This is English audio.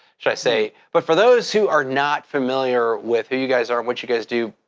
should i say, but for those who are not familiar with who you guys are and what you guys do,